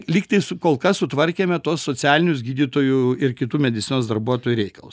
lygtais kol kas sutvarkėme tuos socialinius gydytojų ir kitų medicinos darbuotojų reikalus